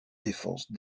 défense